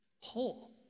whole